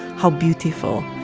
how beautiful.